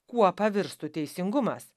kuo pavirstų teisingumas